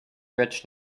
rich